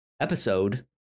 episode